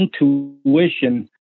intuition